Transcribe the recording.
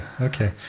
okay